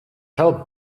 help